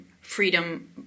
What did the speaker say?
freedom